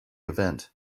event